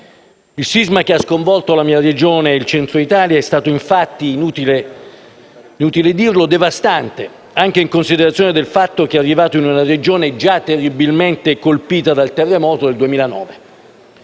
Il sisma che ha sconvolto la mia Regione e il centro Italia è stato infatti - inutile dirlo - devastante, anche in considerazione del fatto che è arrivato in una Regione già terribilmente colpita dal terremoto del 2009.